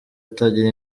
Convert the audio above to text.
atagira